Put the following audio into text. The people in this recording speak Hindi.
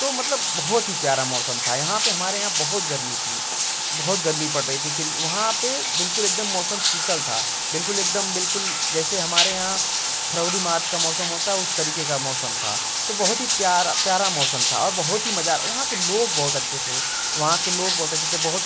तो मतलब बहुत ही प्यारा मौसम था यहाँ पे हमारे यहाँ बहुत गर्मी थी बहुत गर्मी पड़ रही थी फिर वहाँ पे बिल्कुल एकदम मौसम शीतल था बिल्कुल एकदम बिल्कुल जैसे हमारे यहाँ फरवरी मार्च का मौसम होता है उस तरीके का मौसम था तो बहुत ही प्यारा प्यारा मौसम था और बहुत ही मजा वहाँ के लोग बहुत अच्छे थे वहाँ के लोग बहुत अच्छे थे बहुत